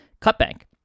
Cutbank